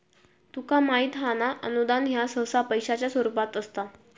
तुका माहित हां ना, अनुदान ह्या सहसा पैशाच्या स्वरूपात असता